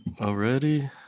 Already